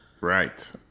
Right